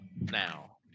now